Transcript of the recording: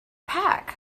pack